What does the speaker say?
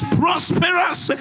prosperous